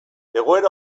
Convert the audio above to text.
egoera